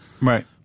Right